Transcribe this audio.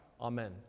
amen